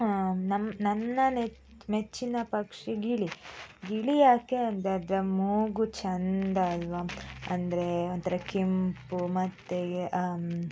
ನಮ್ಮ ನನ್ನ ನೆ ಮೆಚ್ಚಿನ ಪಕ್ಷಿ ಗಿಳಿ ಗಿಳಿ ಯಾಕೆ ಅಂದರೆ ಅದರ ಮೂಗು ಚಂದ ಅಲ್ಲವಾ ಅಂದರೆ ಒಂಥರ ಕೆಂಪು ಮತ್ತು